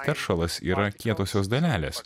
teršalas yra kietosios dalelės